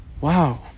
Wow